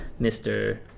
Mr